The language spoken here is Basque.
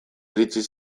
iritsi